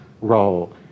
role